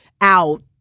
out